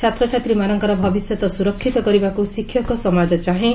ଛାତ୍ରଛାତ୍ରୀମାନଙ୍କର ଭବିଷ୍ୟତ ସୁରକ୍ଷିତ କରିବାକୁ ଶିକ୍ଷକ ସମାଜ ଚାହେଁ